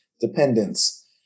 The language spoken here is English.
dependence